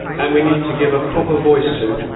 and we need to give a proper voice to,